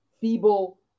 feeble